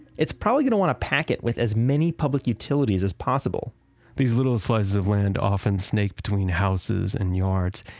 it's probably going to want to pack it with as many public utilities as possible these little slices of land often snake between houses and yards,